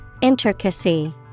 Intricacy